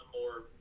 more